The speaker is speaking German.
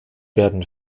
werden